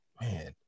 man